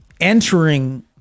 entering